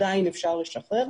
עדיין אפשר לשחרר.